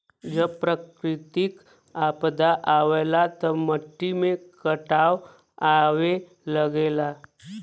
जब प्राकृतिक आपदा आवला त मट्टी में कटाव आवे लगला